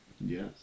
Yes